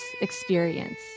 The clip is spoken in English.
experience